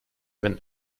been